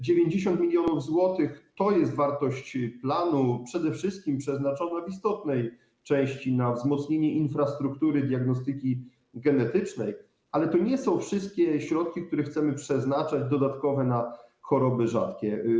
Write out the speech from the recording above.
90 mln zł to jest wartość planu przede wszystkim przeznaczona w istotnej części na wzmocnienie infrastruktury diagnostyki genetycznej, ale to nie są wszystkie dodatkowe środki, które chcemy przeznaczać na choroby rzadkie.